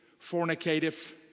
fornicative